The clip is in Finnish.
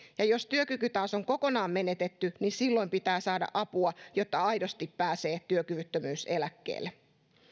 jos työkyky taas on kokonaan menetetty niin silloin pitää saada apua jotta aidosti pääsee työkyvyttömyyseläkkeelle